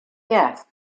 yes